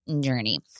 Journey